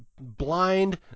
blind